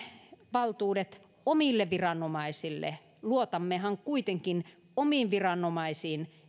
valtuudet omille viranomaisille luotammehan kuitenkin omiin viranomaisiimme